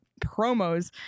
promos